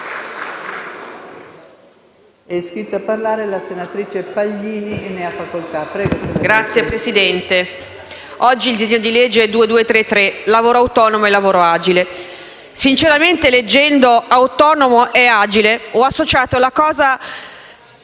Grazie Presidente, oggi il disegno di legge n. 2233 lavoro autonomo e lavoro agile; sinceramente leggendo "autonomo e agile" ho associato la cosa